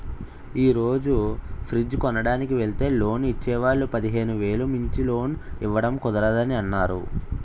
ఈ రోజు ఫ్రిడ్జ్ కొనడానికి వెల్తే లోన్ ఇచ్చే వాళ్ళు పదిహేను వేలు మించి లోన్ ఇవ్వడం కుదరదని అన్నారు